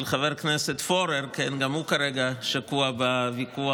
של חבר הכנסת פורר, גם הוא כרגע שקוע בוויכוח